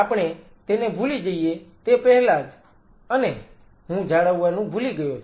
આપણે તેને ભૂલી જઈએ તે પહેલા જ અને હું જાળવવાનું ભૂલી ગયો છું